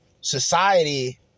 Society